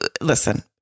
listen